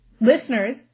listeners